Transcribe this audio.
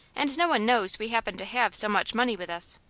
and no one knows we happen to have so much money with us.